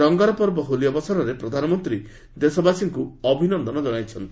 ରଙ୍ଗର ପର୍ବ ହୋଲି ଅବସରରେ ପ୍ରଧାନମନ୍ତ୍ରୀ ଦେଶବାସୀଙ୍କୃ ଅଭିନନ୍ଦନ ଜଣାଇଛନ୍ତି